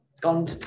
gone